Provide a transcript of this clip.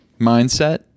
mindset